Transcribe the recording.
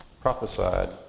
prophesied